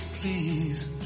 please